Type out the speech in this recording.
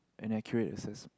an accurate access